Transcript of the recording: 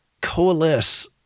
coalesce